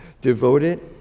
devoted